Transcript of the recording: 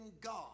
God